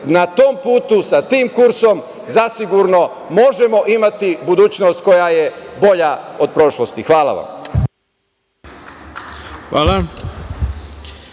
na tom putu, sa tim kursom zasigurno možemo imati budućnost koja je bolja o prošlosti. Hvala vam. **Ivica